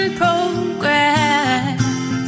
progress